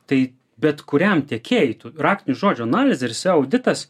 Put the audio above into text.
tai bet kuriam tiekėjui tų raktinių žodžių analizė ir seo auditas